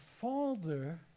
father